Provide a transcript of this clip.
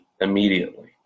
immediately